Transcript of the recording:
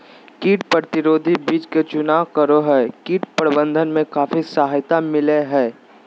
कीट प्रतिरोधी बीज के चुनाव करो हइ, कीट प्रबंधन में काफी सहायता मिलैय हइ